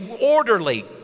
orderly